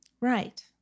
Right